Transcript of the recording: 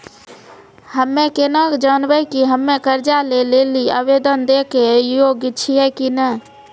हम्मे केना के जानबै कि हम्मे कर्जा लै लेली आवेदन दै के योग्य छियै कि नै?